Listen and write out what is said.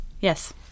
Yes